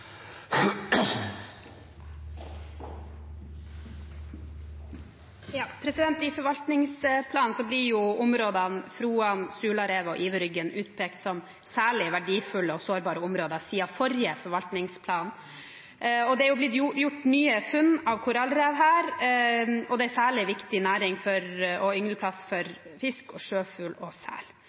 Iverryggen utpekt som særlig verdifulle og sårbare områder siden forrige forvaltningsplan. Det er blitt gjort nye funn av korallrev her, og det er særlig viktig næring og yngleplass for fisk, sjøfugl og sel der. Er klima- og